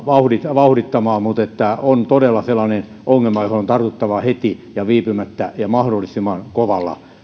vauhdittamaan mutta tämä on todella sellainen ongelma johon on tartuttava heti ja viipymättä ja mahdollisimman